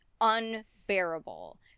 unbearable